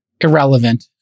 irrelevant